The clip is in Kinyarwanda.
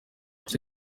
ese